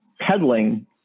peddling